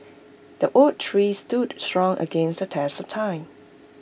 the oak tree stood strong against the test of time